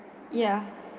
yeah